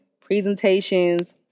presentations